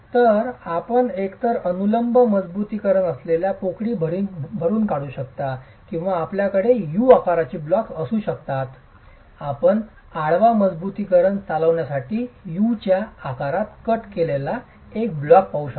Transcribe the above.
तर आपण एकतर अनुलंब मजबुतीकरण बसलेल्या पोकळी भरुन काढू शकता किंवा आपल्याकडे U आकाराचे ब्लॉक असू शकतात आपण आडवा मजबुतीकरण चालविण्यासाठी U च्या आकारात कट केलेला एक ब्लॉक पाहू शकता